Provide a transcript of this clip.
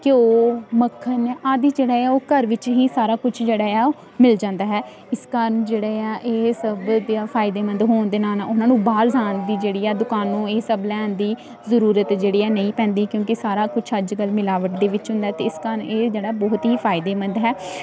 ਘਿਓ ਮੱਖਣ ਆਦਿ ਜਿਹੜਾ ਆ ਉਹ ਘਰ ਵਿੱਚ ਹੀ ਸਾਰਾ ਕੁਛ ਜਿਹੜਾ ਆ ਮਿਲ ਜਾਂਦਾ ਹੈ ਇਸ ਕਾਰਨ ਜਿਹੜੇ ਆ ਇਹ ਸਬ ਦਿਆਂ ਫਾਇਦੇਮੰਦ ਹੋਣ ਦੇ ਨਾਲ ਉਹਨਾਂ ਨੂੰ ਬਾਹਰ ਜਾਣ ਦੀ ਜਿਹੜੀ ਆ ਦੁਕਾਨ ਨੂੰ ਇਹ ਸਭ ਲੈਣ ਦੀ ਜ਼ਰੂਰਤ ਜਿਹੜੀ ਨਹੀਂ ਪੈਂਦੀ ਕਿਉਂਕਿ ਸਾਰਾ ਕੁਛ ਅੱਜ ਕੱਲ੍ਹ ਮਿਲਾਵਟ ਦੇ ਵਿੱਚ ਹੁੰਦਾ ਅਤੇ ਇਸ ਕਾਰਨ ਇਹ ਜਿਹੜਾ ਬਹੁਤ ਹੀ ਫਾਇਦੇਮੰਦ ਹੈ